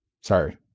Sorry